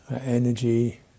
energy